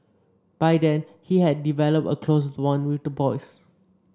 by then he had developed a close bond with the boys